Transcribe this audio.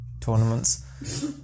tournaments